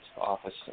office